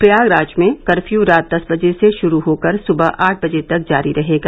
प्रयागराज में कर्फ्यू रात दस बजे से शुरू होकर सुबह आठ बजे तक जारी रहेगा